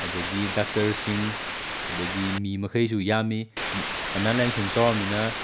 ꯑꯗꯒꯤ ꯗꯥꯛꯇꯔꯁꯤꯡ ꯑꯗꯒꯤ ꯃꯤ ꯃꯈꯩꯁꯨ ꯌꯥꯝꯃꯤ ꯑꯅꯥ ꯂꯥꯏꯌꯦꯡ ꯁꯪ ꯆꯥꯎꯔꯃꯤꯅ